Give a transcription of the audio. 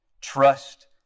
trust